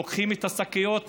לוקחים את השקיות,